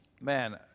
Man